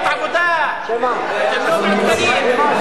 מליאה,